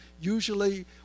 usually